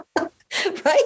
right